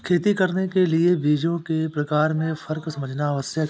खेती करने के लिए बीजों के प्रकार में फर्क समझना आवश्यक है